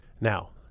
Now